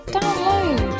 Download